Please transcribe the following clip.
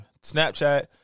snapchat